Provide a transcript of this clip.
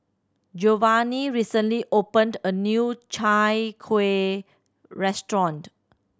Giovanni recently opened a new Chai Kuih restaurant